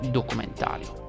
documentario